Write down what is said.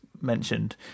mentioned